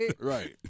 right